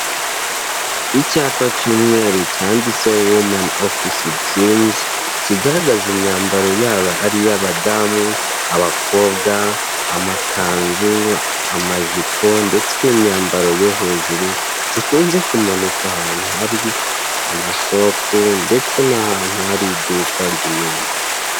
Icyapa cy'umweru cyanditseho wumani afise dirimuze kigaragaza imyambaro yaba ari iy'abadamu, abakobwa, amakanzu, amajipo ndetse n'imyambaro yo hejuru gikunze kumanikwa ahantu hari amashopu ndetse n'ahantu hari iduka ry'imyenda.